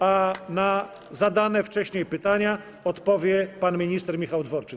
A na zadane wcześniej pytania odpowie pan minister Michał Dworczyk.